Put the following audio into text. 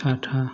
साथा